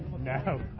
No